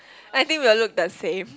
I think we'll look the same